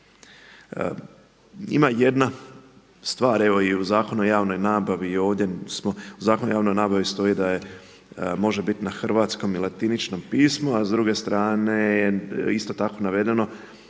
Ima jedna stvar evo i u Zakonu o javnoj nabavi i ovdje smo, u Zakonu o javnoj nabavi stoji da je može bit na hrvatskom i latiničnom pismu, a s druge strane je isto tako navedeno